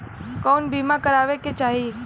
कउन बीमा करावें के चाही?